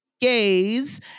Gaze